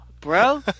bro